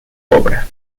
obra